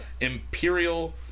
imperial